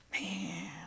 Man